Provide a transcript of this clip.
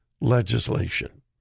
legislation